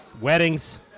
Weddings